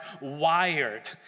wired